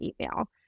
email